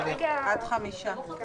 עד חמישה.